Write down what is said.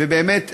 באמת תודה,